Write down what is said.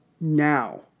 now